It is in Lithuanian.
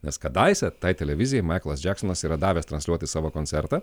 nes kadaise tai televizijai maiklas džeksonas yra davęs transliuoti savo koncertą